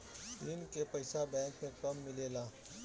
ऋण के पइसा बैंक मे कब मिले ला?